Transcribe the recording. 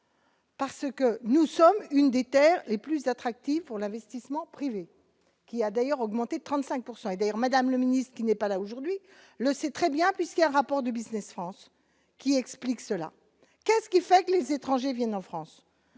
Parce que nous sommes une des Terres et plus attractive pour l'investissement privé, qui a d'ailleurs augmenté de 35 pourcent et et d'ailleurs, Madame le Ministre, qui n'est pas là aujourd'hui le sait très bien puisqu'a rapport du Business France qui explique cela qu'est-ce qui fait que les étrangers viennent en France